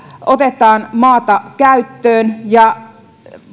otetaan maata käyttöön ja